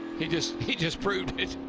he just he just proves that.